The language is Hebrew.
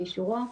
באישורו,